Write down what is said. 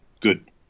good